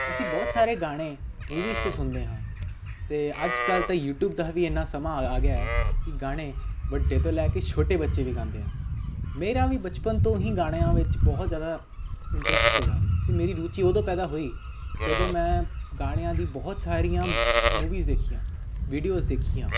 ਅਸੀਂ ਬਹੁਤ ਸਾਰੇ ਗਾਣੇ ਮੂਵੀਸ 'ਚ ਸੁਣਦੇ ਹਾਂ ਅਤੇ ਅੱਜ ਕੱਲ੍ਹ ਤਾਂ ਯੂਟਿਊਬ ਦਾ ਵੀ ਇੰਨਾ ਸਮਾਂ ਆ ਗਿਆ ਕਿ ਗਾਣੇ ਵੱਡੇ ਤੋਂ ਲੈ ਕੇ ਛੋਟੇ ਬੱਚੇ ਵੀ ਗਾਉਂਦੇ ਆ ਮੇਰਾ ਵੀ ਬਚਪਨ ਤੋਂ ਹੀ ਗਾਣਿਆਂ ਵਿੱਚ ਬਹੁਤ ਜ਼ਿਆਦਾ ਇੰਟਰਸਟ ਸੀਗਾ ਅਤੇ ਮੇਰੀ ਰੁਚੀ ਉਦੋਂ ਪੈਦਾ ਹੋਈ ਜਦੋਂ ਮੈਂ ਗਾਣਿਆਂ ਦੀ ਬਹੁਤ ਸਾਰੀਆਂ ਮੂਵੀਜ਼ ਦੇਖੀਆਂ ਵੀਡੀਓਸ ਦੇਖੀਆਂ